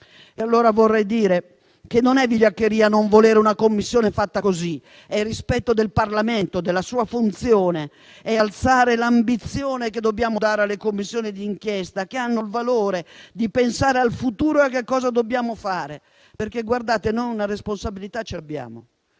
proposta. Vorrei dire che non è vigliaccheria non volere una Commissione fatta così, ma è rispetto del Parlamento e della sua funzione; è alzare l'ambizione che dobbiamo dare alle Commissioni di inchiesta, che hanno il valore di pensare al futuro e a che cosa dobbiamo fare. Questo perché noi - badate bene - una responsabilità ce l'abbiamo